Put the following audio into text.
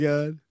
God